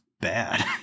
bad